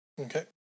Okay